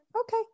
okay